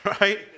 right